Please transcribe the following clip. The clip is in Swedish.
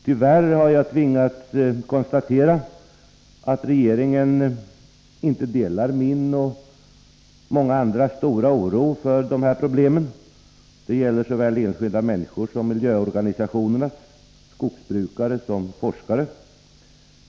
Tyvärr har jag tvingats konstatera att den socialdemokratiska regeringen inte delar min och många andras stora oro för dessa problem. Det gäller såväl enskilda människor som miljöorganisationer, skogsbrukare och forskare.